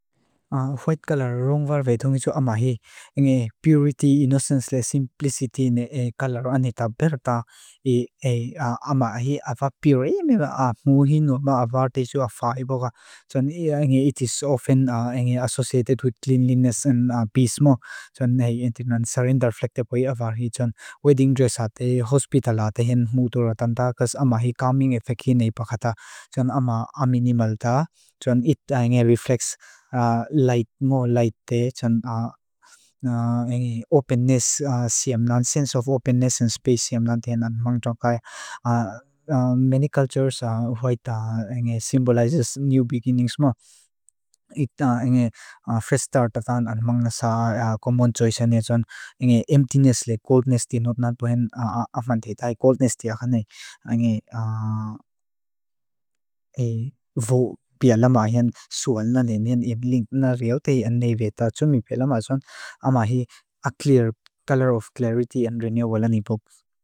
White colour rungvar vedhungisua amahi. Ingi purity, innocency, simplicity ne kallaru anita berta. I amahi ava pure. Ingi ap muhinu ma avarte isu afa ipoga. Ingi it is often associated with cleanliness and peace mo. Ingi sarindar flek te poi avar hi. Wedding dressate, hospitalate, hen mutu ratanta. Amahi calming effect hi ne ipakata. Ama aminimal ta. Ita inge reflects. light ngo light te. Ingi siam lan. Sense of openness and space siam lan ten. Many cultures white symbolizes new beginnings mo. Ita inge fresh start ta tan. Amang nasa common choice ne. Ingi emptiness le, coldness ti not na puhen avante. Itai coldness ti akane. Ingi vo pialamahian sual na lenian. Iam link na riau ta ian nevetatu. Mipelama son amahi a clear colour of clarity and renewal anipog.